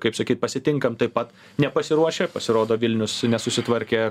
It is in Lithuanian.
kaip sakyt pasitinkam taip pat nepasiruošę pasirodo vilnius nesusitvarkė